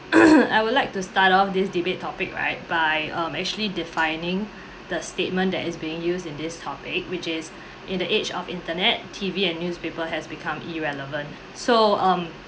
I would like to start of this debate topic right by um actually defining the statement that is being used in this topic which is in the age of internet T_V and newspaper has become irrelevant so um